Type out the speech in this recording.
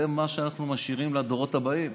זה מה שאנחנו משאירים לדורות הבאים.